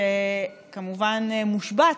שכמובן מושבת,